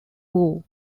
war